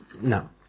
no